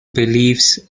beliefs